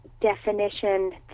definition